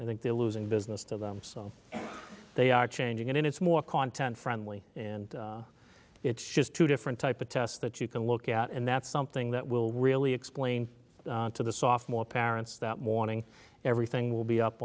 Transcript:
i think they're losing business to them so they are changing it and it's more content friendly and it's just two different type of tests that you can look at and that's something that will really explain to the soft more parents that morning everything will be up